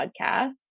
podcast